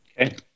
Okay